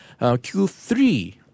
Q3